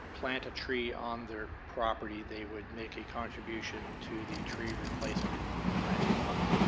plant a tree on their property, they would make a contribution to the tree replacement planting fund.